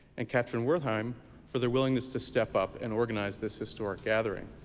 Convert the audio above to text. and katherine wertheim for their willingness to step up and organize this historic gathering,